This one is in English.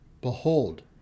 Behold